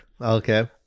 Okay